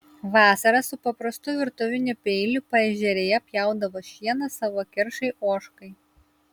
vasarą su paprastu virtuviniu peiliu paežerėje pjaudavo šieną savo keršai ožkai